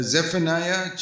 Zephaniah